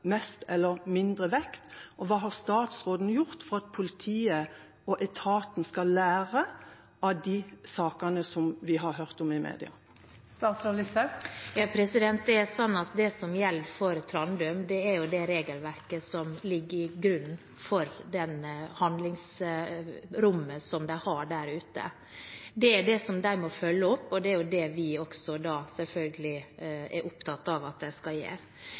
mest eller mindre vekt? Hva har statsråden gjort for at politiet og etaten skal lære av de sakene som vi har hørt om i media? Det som gjelder for Trandum, er det regelverket som ligger til grunn for det handlingsrommet som de har der ute. Det er det de må følge opp, og det er det vi selvfølgelig er opptatt av at de skal gjøre.